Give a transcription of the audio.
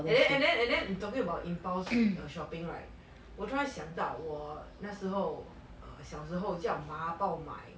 and then and then and then talking about impulsive 的 shopping right 我突然想到我那时候 err 小时候叫妈帮我买